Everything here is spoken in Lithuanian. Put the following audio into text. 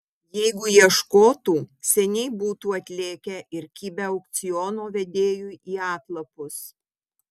jeigu ieškotų seniai būtų atlėkę ir kibę aukciono vedėjui į atlapus